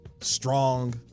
Strong